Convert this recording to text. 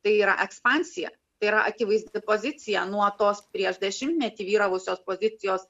tai yra ekspansija tai yra akivaizdi pozicija nuo tos prieš dešimtmetį vyravusios pozicijos